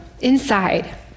inside